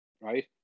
right